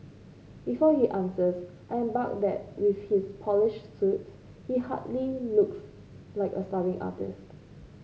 before he answers I remark that with his polished suits he hardly looks like a starving artist